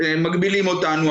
מגבילים אותנו,